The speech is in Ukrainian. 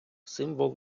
символ